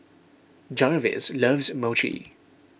Jarvis loves Mochi